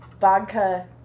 vodka